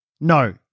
No